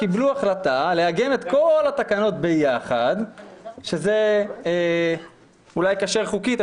קיבלו החלטה לאגם את כל התקנות ביחד שזה אולי כשר חוקית,